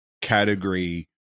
category